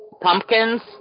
pumpkins